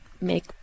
make